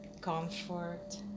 comfort